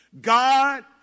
God